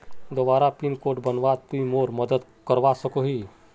दोबारा pin code बनवात तुई मोर मदद करवा सकोहिस?